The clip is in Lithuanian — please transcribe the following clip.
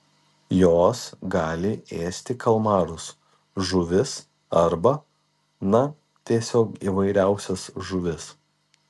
jos gali ėsti kalmarus žuvis arba na tiesiog įvairiausias žuvis